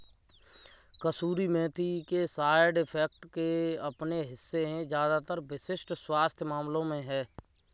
कसूरी मेथी के side effects के अपने हिस्से है ज्यादातर विशिष्ट स्वास्थ्य मामलों में है